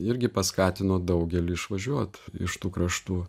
irgi paskatino daugelį išvažiuot iš tų kraštų